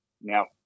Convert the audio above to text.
Now